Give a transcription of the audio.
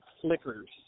flickers